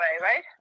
right